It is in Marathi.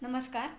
नमस्कार